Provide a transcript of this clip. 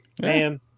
man